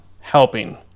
helping